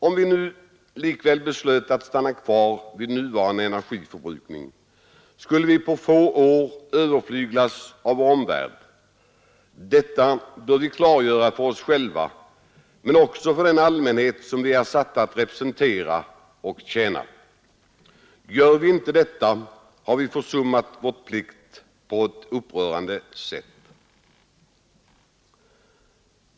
Om vi nu likväl beslöt att stanna kvar vid nuvarande energiförbrukning, skulle vi på några få år överflyglas av vår omvärld. Detta bör vi klargöra för oss själva men också för den allmänhet som vi är satta att representera och tjäna. Gör vi inte detta har vi försummat vår plikt på ett upprörande sätt.